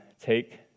take